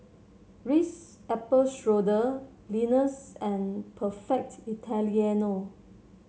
Ritz Apple Strudel Lenas and Perfect Italiano